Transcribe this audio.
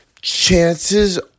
chances